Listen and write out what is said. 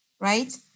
Right